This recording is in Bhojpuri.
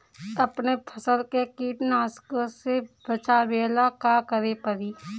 अपने फसल के कीटनाशको से बचावेला का करे परी?